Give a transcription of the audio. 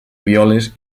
violes